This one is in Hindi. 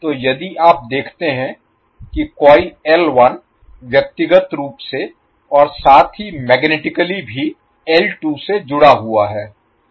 तो यदि आप देखते हैं कि कॉइल व्यक्तिगत रूप से और साथ ही मैग्नेटिकली भी से जुड़ा हुआ है